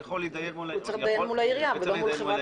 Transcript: הוא יכול להידיין מול העירייה.